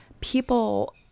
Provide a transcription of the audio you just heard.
people